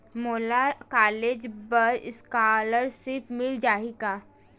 मोला कॉलेज बर स्कालर्शिप मिल जाही का?